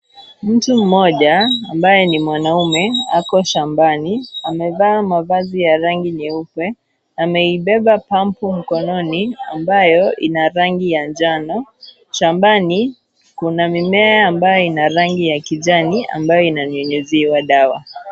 Mtu mmoja ambaye ni mwanaume ako shambani, amevaa mavazi ya rangi nyeupe, ameibeba pampu mkononi ambayo ina rangi ya njano, shambani kuna mimea ambayo ina rangi ya kijani ambayo inanyunyuziwa dawa.